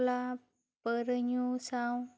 club ᱯᱟᱹᱣᱨᱟᱹ ᱧᱩ ᱥᱟᱶ